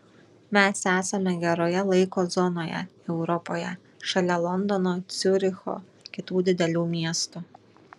mes esame geroje laiko zonoje europoje šalia londono ciuricho kitų didelių miestų